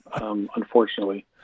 unfortunately